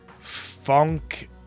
funk